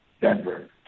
Denver